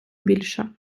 більше